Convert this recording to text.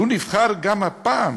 והוא נבחר גם הפעם